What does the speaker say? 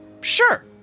sure